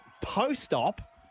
post-op